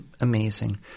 amazing